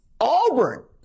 Auburn